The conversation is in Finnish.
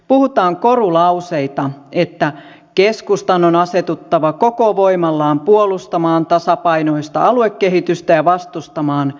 puhutaan korulauseita että keskustan on asetuttava koko voimallaan puolustamaan tasapainoista aluekehitystä ja vastustamaan keskittymiskehitystä